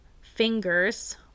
fingers